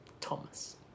Thomas